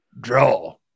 Draw